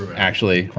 actually,